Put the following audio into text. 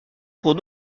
trop